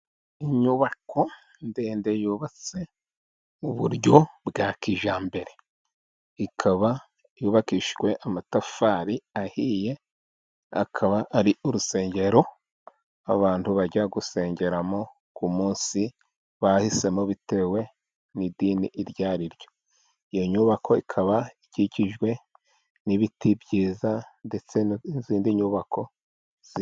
Inyubako ndende yubatse mu buryo bwa kijyambere, ikaba yubakishijwe amatafari ahiye, akaba ari urusengero abantu bajya gusengeramo, ku munsi bahisemo bitewe n'idini iryo ari ryo, iyo nyubako ikaba ikikijwe n'ibiti byiza, ndetse n'izindi nyubako...